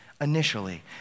initially